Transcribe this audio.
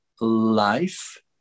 life